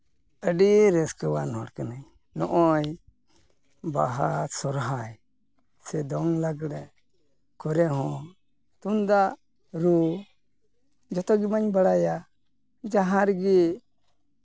ᱟᱹᱰᱤ ᱨᱟᱹᱥᱠᱟᱹᱣᱟᱱ ᱦᱚᱲ ᱠᱟᱹᱱᱟᱹᱧ ᱱᱚᱜᱼᱚᱭ ᱵᱟᱦᱟ ᱥᱚᱨᱦᱟᱭ ᱥᱮ ᱫᱚᱝ ᱞᱟᱜᱽᱬᱮ ᱠᱚᱨᱮ ᱦᱚᱸ ᱛᱩᱢᱫᱟᱜ ᱨᱩ ᱡᱚᱛᱚ ᱜᱮ ᱢᱟᱹᱧ ᱵᱟᱲᱟᱭᱟ ᱡᱟᱦᱟᱸ ᱨᱮᱜᱮ